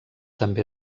també